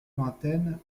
lointaine